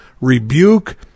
rebuke